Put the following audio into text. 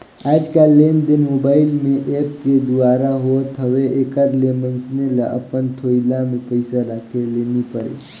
आएज काएललेनदेन मोबाईल में ऐप के दुवारा होत हवे एकर ले मइनसे ल अपन थोइला में पइसा राखे ले नी परे